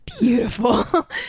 beautiful